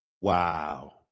Wow